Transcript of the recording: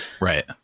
right